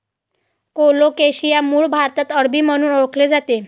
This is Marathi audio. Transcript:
कोलोकेशिया मूळ भारतात अरबी म्हणून ओळखले जाते